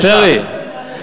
פרי,